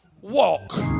walk